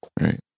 right